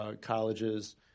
colleges